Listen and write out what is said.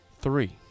three